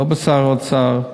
לא בשר האוצר,